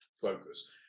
focus